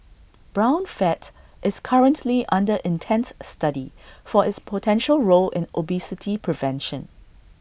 brown fat is currently under intense study for its potential role in obesity prevention